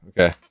Okay